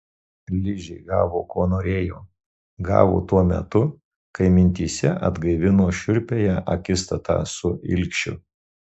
ližė gavo ko norėjo gavo tuo metu kai mintyse atgaivino šiurpiąją akistatą su ilgšiu